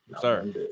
sir